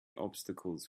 obstacles